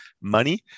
money